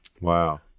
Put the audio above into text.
Wow